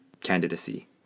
candidacy